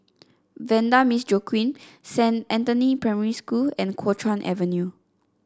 Vanda Miss Joaquim Saint Anthony Primary School and Kuo Chuan Avenue